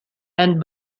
and